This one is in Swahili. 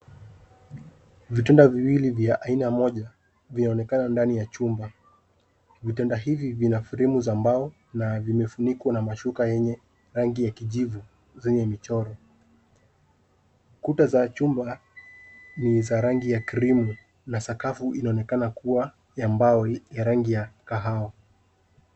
Vitanda viwili vya aina moja vinaonekana ndani ya chumba. Vitanda hivi vina fremu za mbao na vimefunikwa na mashuka yenye rangi ya kijivu zenye michoro. Kuta za chumba ni za rangi ya cream na sakafu inaonekana kuwa ya mbao ya rangi ya kahawa.